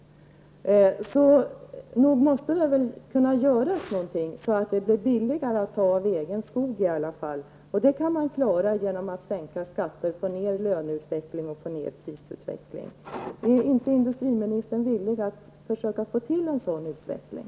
Det måste väl ändå kunna göras något, så att det blir billigare att utnyttja egen skog. Detta kan klaras genom att skatterna sänks och genom att pris och löneutvecklingen bromsas. Är inte industriministern villig att försöka få till stånd en sådan utveckling?